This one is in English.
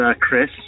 Chris